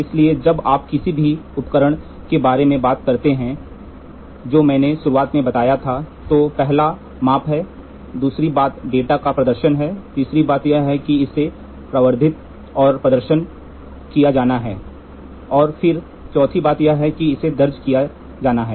इसलिए जब आप किसी भी उपकरण के बारे में बात करते हैं जो मैंने शुरुआत में बताया था तो पहला माप है दूसरी बात डेटा का प्रदर्शन है तीसरी बात यह है कि इसे प्रवर्धित और प्रदर्शित किया जाना है और फिर चौथी बात यह है कि इसे दर्ज किया जाना है